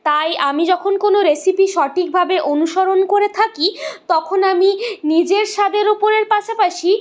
তাই আমি যখন কোনো রেসিপি সঠিকভাবে অনুসরণ করে থাকি তখন আমি নিজের স্বাদের উপরের পাশাপাশি